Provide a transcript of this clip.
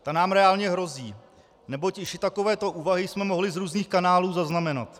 Ta nám reálně hrozí, neboť již i takovéto úvahy jsme mohli z různých kanálů zaznamenat.